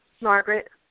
Margaret